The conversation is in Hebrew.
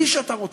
מי שאתה רוצה.